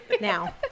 Now